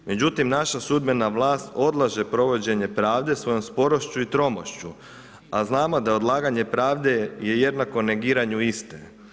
Međutim, naša sudbena vlast odlaže provođenje pravde svojom sporošću i tromošću, a znamo da odlaganje pravde je jednako negiranju iste.